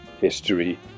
History